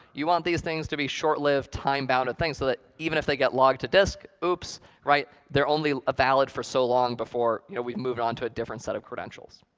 you want these things to be short-lived, time-bounded, things so that, even if they get logged to disk oops they're only valid for so long before you know we've moved on to a different set of credentials.